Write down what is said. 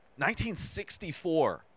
1964